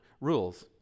rules